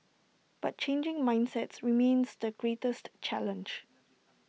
but changing mindsets remains the greatest challenge